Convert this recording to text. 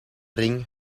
ring